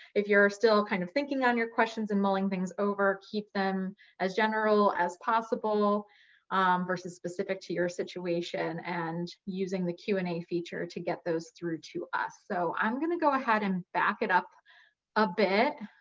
if you're still kind of thinking on your questions and mulling things over, keep them as general as possible versus specific to your situation, and using the q and a feature to get those through to us. so i'm gonna go ahead and back it up a bit.